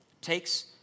takes